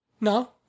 No